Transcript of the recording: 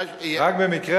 רק במקרה,